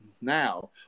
Now